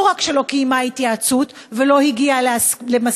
לא רק שלא קיימה התייעצות ולא הגיעה למסקנות,